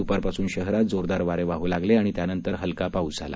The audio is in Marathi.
द्रपारपासून शहरात जोरदार वारे वाह लागले आणि त्यानंतर हलका पाऊस झाला